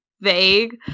vague